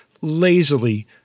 lazily